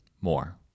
more